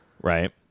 Right